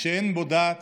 שאין בו דת,